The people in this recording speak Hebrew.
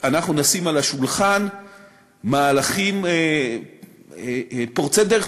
אנחנו נשים על השולחן מהלכים פורצי דרך